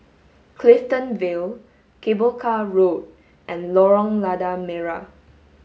Clifton Vale Cable Car Road and Lorong Lada Merah